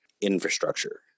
infrastructure